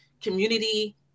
community